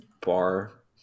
bar